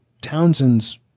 Townsend's